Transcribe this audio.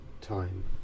time